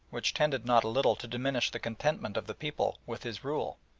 which tended not a little to diminish the contentment of the people with his rule.